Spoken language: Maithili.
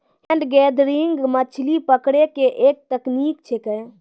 हेन्ड गैदरींग मछली पकड़ै के एक तकनीक छेकै